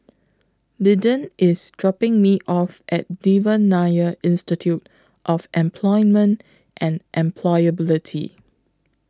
Linden IS dropping Me off At Devan Nair Institute of Employment and Employability